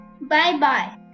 Bye-bye